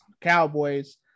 Cowboys